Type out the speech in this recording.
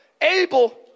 able